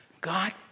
God